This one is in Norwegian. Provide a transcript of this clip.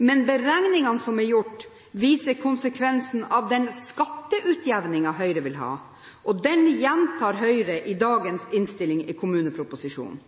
Men beregningene som er gjort, viser konsekvensene av den skatteutjevningen Høyre vil ha, og Høyre gjentar den i dagens innstilling i kommuneproposisjonen.